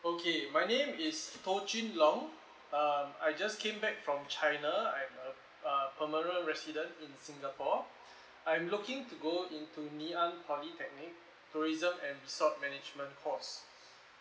okay my name is toh jun long um I just came back from china I'm uh a permanent resident in singapore I'm looking to go into ngee ann polytechnic tourism and resort management course